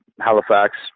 Halifax –